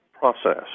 process